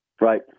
Right